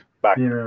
Bye